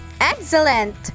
Excellent